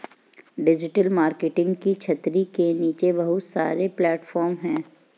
digital marketing की छतरी के नीचे बहुत सारे प्लेटफॉर्म हैं